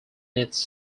its